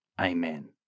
Amen